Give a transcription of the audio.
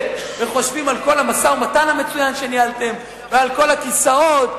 וחושבים על כל המשא-ומתן המצוין שניהלתם ועל כל הכיסאות,